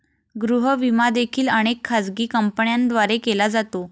गृह विमा देखील अनेक खाजगी कंपन्यांद्वारे केला जातो